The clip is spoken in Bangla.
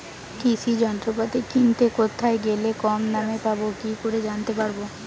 কৃষি যন্ত্রপাতি কিনতে কোথায় গেলে কম দামে পাব কি করে জানতে পারব?